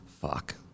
Fuck